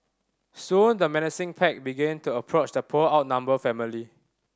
soon the menacing pack began to approach the poor outnumbered family